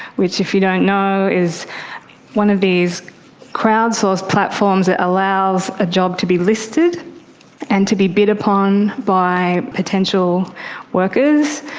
which if you don't know is one of these crowd source platforms that allows a job to be listed and to be bid upon by potential workers.